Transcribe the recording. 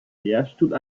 lehrstuhl